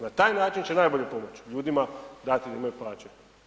Na taj način će najbolje pomoći ljudima, dati im da imaju plaće.